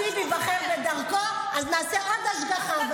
ואם הנציב ייבחר בדרכו, אז נעשה עוד השגחה.